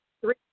three